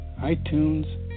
iTunes